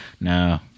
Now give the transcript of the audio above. No